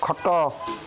ଖଟ